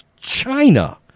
China